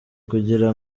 kugira